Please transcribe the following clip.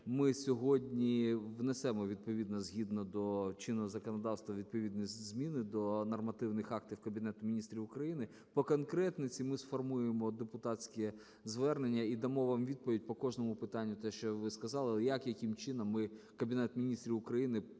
ми сьогодні внесемо відповідно згідно до чинного законодавства, відповідні зміни до нормативних актів Кабінету Міністрів. По конкретиці ми сформуємо депутатські звернення і дамо вам відповідь по кожному питанню, те, що ви сказали, – як, яким чином ми, Кабінет Міністрів України